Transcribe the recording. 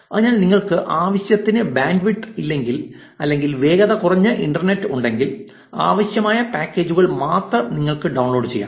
അതിനാൽ നിങ്ങൾക്ക് ആവശ്യത്തിന് ബാൻഡ്വിഡ്ത്ത് ഇല്ലെങ്കിൽ അല്ലെങ്കിൽ വേഗത കുറഞ്ഞ ഇന്റർനെറ്റ് ഉണ്ടെങ്കിൽ ആവശ്യമായ പാക്കേജുകൾ മാത്രം നിങ്ങൾക്ക് ഡൌൺലോഡ് ചെയ്യാം